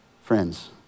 friends